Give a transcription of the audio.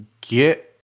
get